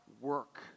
work